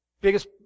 biggest